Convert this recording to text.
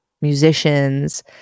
musicians